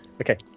Okay